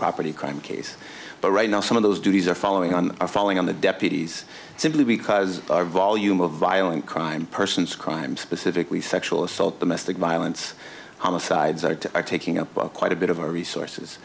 property crime case but right now some of those duties are following on falling on the deputies simply because our volume of violent crime persons crimes specifically sexual assault the mystic violence homicides are taking up quite a bit of our resources